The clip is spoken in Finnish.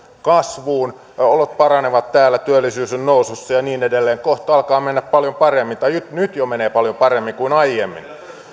kasvuun olot paranevat täällä työllisyys on nousussa ja niin edelleen kohta alkaa mennä paljon paremmin tai nyt jo menee paljon paremmin kuin aiemmin